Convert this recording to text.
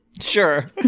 Sure